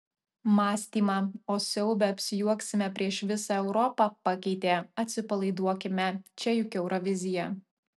mąstymą o siaube apsijuoksime prieš visą europą pakeitė atsipalaiduokime čia juk eurovizija